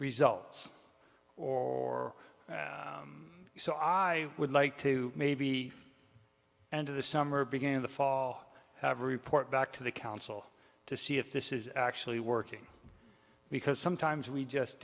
results or so i would like to maybe and to the summer begin in the fall have a report back to the council to see if this is actually working because sometimes we just